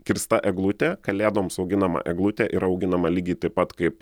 kirsta eglutė kalėdoms auginama eglutė yra auginama lygiai taip pat kaip